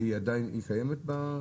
היא קיימת?